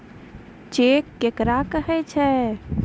Cheque केकरा कहै छै?